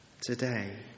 today